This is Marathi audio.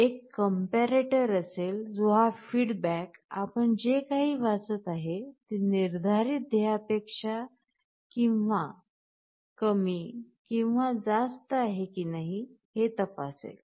एक कमप्यारेटर असेल जो हा feedback आपण जे काही वाचत आहे ते निर्धारित ध्येयपेक्षा कमी किंवा जास्त आहे की नाही हे तपासेल